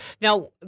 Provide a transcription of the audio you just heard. Now